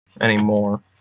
anymore